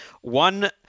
One –